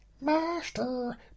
Master